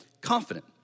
confident